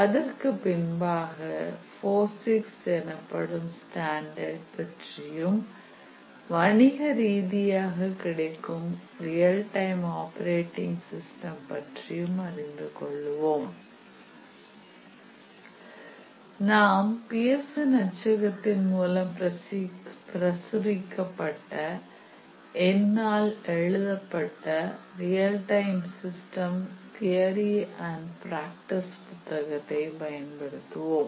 அதற்குப் பின்பாக போசிக்ஸ் எனப்படும் ஸ்டாண்டர்ட் பற்றியும் வணிகரீதியாக கிடைக்கும் ரியல் டைம் ஆப்பரேட்டிங் சிஸ்டம் பற்றியும் அறிந்து கொள்வோம் நாம் பியர்சன் அச்சகத்தின் மூலம் பிரசுரிக்கப்பட்ட என்னால் எழுதப்பட்ட real time system theory and practice புத்தகத்தை பயன்படுத்துவோம்